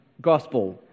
gospel